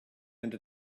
into